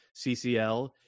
CCL